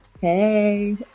Hey